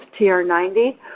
tr90